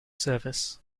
service